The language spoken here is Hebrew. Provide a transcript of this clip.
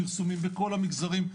פרסומים בכל המגזרים,